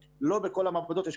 לא כל המעבדות עובדות 24/7,